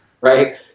right